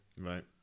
right